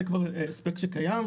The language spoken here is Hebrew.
זה כבר הספק שקיים,